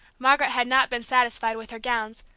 margaret had not been satisfied with her gowns,